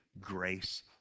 grace